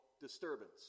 disturbance